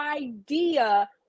idea